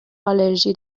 آلرژی